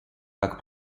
как